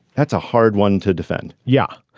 that's a hard one to defend yeah.